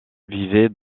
vivaient